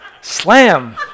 slam